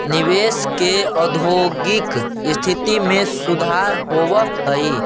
निवेश से औद्योगिक स्थिति में सुधार होवऽ हई